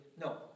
no